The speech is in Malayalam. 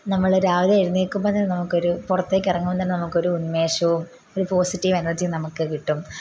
നമ്മള് രാവിലെ എഴുന്നേക്കുമ്പോള്തന്നെ നമുക്കൊരു പുറത്തേക്കിറങ്ങുമ്പോള്തന്നെ നമുക്കൊരു ഉന്മേഷവും ഒരു പോസിറ്റീവ് എനർജിയും നമുക്ക് കിട്ടും